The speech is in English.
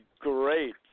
great